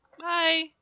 Bye